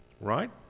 right